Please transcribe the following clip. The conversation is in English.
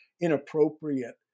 inappropriate